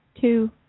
two